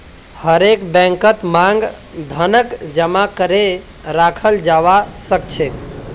हरेक बैंकत मांग धनक जमा करे रखाल जाबा सखछेक